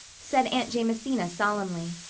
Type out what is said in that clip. said aunt jamesina solemnly.